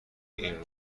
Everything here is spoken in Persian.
این